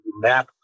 map